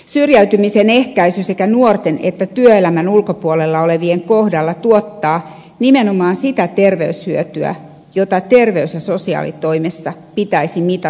syrjäytymisen ehkäisy sekä nuorten että työelämän ulkopuolella olevien kohdalla tuottaa nimenomaan sitä terveyshyötyä jota terveys ja sosiaalitoimessa pitäisi mitata ja tilastoida